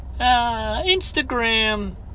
instagram